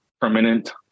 permanent